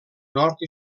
nord